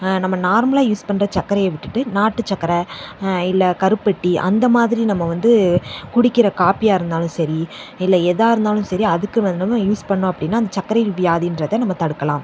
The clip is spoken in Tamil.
நம்ம நார்மலாக யூஸ் பண்ணுற சர்க்கரைய விட்டுவிட்டு நாட்டுச் சர்க்கர இல்லை கருப்பட்டி அந்த மாதிரி நம்ம வந்து குடிக்கிற காப்பியாக இருந்தாலும் சரி இல்லை எதாக இருந்தாலும் சரி அதுக்கு வந்து நம்ம யூஸ் பண்ணிணோம் அப்படின்னா அந்த சர்க்கரை வியாதிகிறத நம்ம தடுக்கலாம்